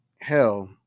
hell